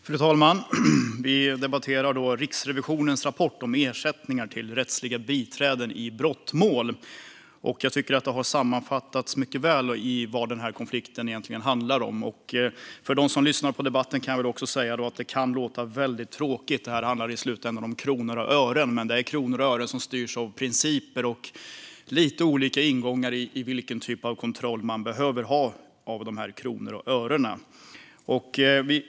Fru talman! Vi debatterar Riksrevisionens rapport om ersättningar till rättsliga biträden i brottmål. Jag tycker att det har sammanfattats väldigt väl vad den här konflikten egentligen handlar om. Till dem som lyssnar på debatten kan jag väl också säga att detta kan låta väldigt tråkigt. Det handlar i slutändan om kronor och ören, men det är kronor och ören som styrs av principer, och vi har lite olika ingångar när det gäller vilken typ av kontroll man behöver ha av dessa kronor och ören.